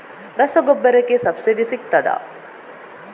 ರಸಗೊಬ್ಬರಕ್ಕೆ ಸಬ್ಸಿಡಿ ಸಿಗ್ತದಾ?